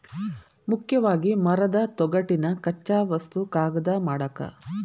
ಮುಖ್ಯವಾಗಿ ಮರದ ತೊಗಟಿನ ಕಚ್ಚಾ ವಸ್ತು ಕಾಗದಾ ಮಾಡಾಕ